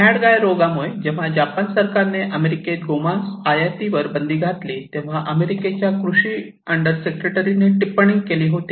mad गाय रोग मुळे जेव्हा जपान सरकारने अमेरिकेत गोमांस आयातीवर बंदी घातली तेव्हा अमेरिकेच्या कृषी अंडर सेक्रेटरीने टिपणी लिहिली होती